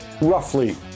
roughly